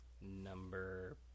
Number